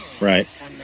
Right